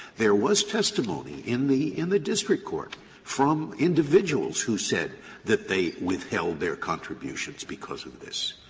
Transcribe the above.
there was testimony in the, in the district court from individuals who said that they withheld their contributions because of this.